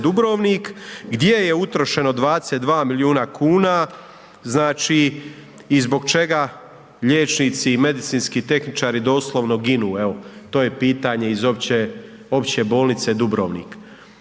gdje je utrošeno 22 milijuna kuna, znači i zbog čega liječnici i medicinski tehničari doslovno ginu evo, to je pitanje iz Opće bolnice Dubrovnik.